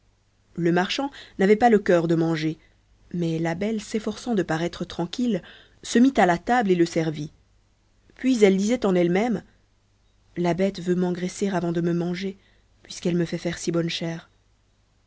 pas le cœur de manger mais belle s'efforçant de paraître tranquille se mit à table et le servit puis elle disait en elle-même la bête veut m'engraisser avant de me manger puisqu'elle me fait si bonne chère